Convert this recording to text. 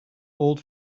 old